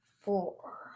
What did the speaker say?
four